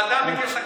ומדקה לדקה.